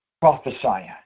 prophesying